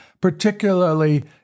particularly